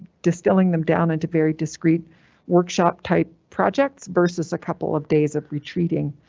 distilling them down into very discreet workshop type projects versus a couple of days of retreating.